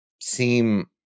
seem